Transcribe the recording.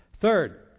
Third